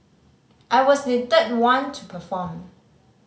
I was the third one to perform